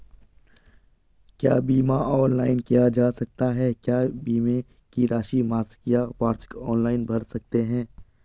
क्या बीमा ऑनलाइन किया जा सकता है क्या बीमे की राशि मासिक या वार्षिक ऑनलाइन भर सकते हैं?